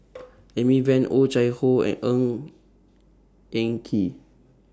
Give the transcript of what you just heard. Amy Van Oh Chai Hoo and Ng Eng Kee